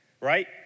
right